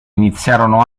iniziarono